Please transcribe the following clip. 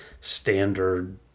standard